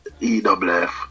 EWF